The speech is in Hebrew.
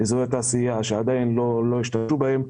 אזורי תעשייה שעדיין לא השתמשו בהם,